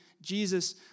Jesus